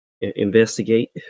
investigate